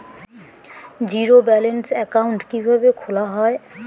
Zero balance account কিভাবে খোলা হয়?